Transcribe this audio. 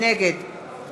נגד